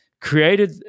created